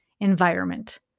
environment